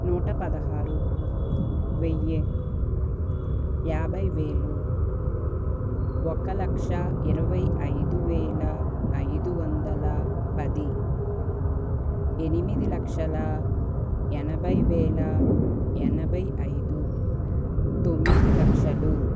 నూట పదహారు వెయ్యి యాభై వేలు ఒక లక్ష ఇరవై ఐదు వేల ఐదు వందల పది ఎనిమిది లక్షల ఎనభై వేల ఎనభై ఐదు తొమ్మిది లక్షలు